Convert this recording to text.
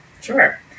Sure